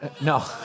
no